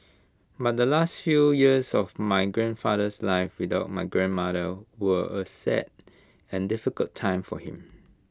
but the last few years of my grandfather's life without my grandmother were A sad and difficult time for him